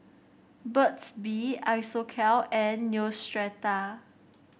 Burt's Bee Isocal and Neostrata